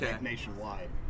nationwide